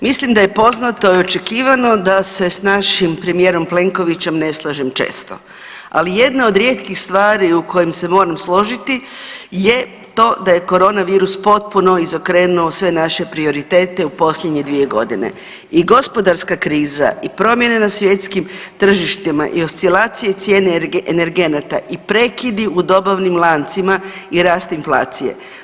Mislim da je poznato i očekivano da se s našim premijerom Plenkovićem ne slažem često, ali jedna od rijetkih stvari u kojem se moram složiti je to da je koronavirus potpuno izokrenuo sve naše prioritete u posljednje 2.g. i gospodarska kriza i promjene na svjetskim tržištima i oscilacije cijene energenata i prekidi u dobavnim lancima i rast inflacije.